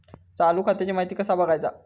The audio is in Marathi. चालू खात्याची माहिती कसा बगायचा?